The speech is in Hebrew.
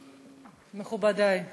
מכובדי,